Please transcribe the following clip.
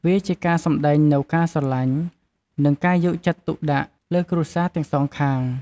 វាជាការសម្ដែងនូវការស្រឡាញ់ និងការយកចិត្តទុកដាក់លើគ្រួសារទាំងសងខាង។